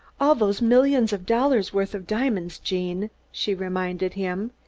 all those millions of dollars' worth of diamonds, gene, she reminded him,